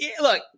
look